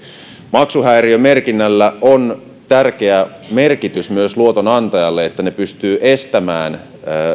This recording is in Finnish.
maksuhäiriömerkinnällä on tärkeä merkitys myös luotonantajille niin että ne pystyvät estämään